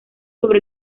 sobre